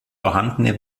vorhandene